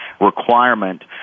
requirement